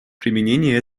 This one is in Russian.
применения